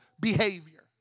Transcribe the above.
behavior